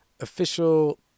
official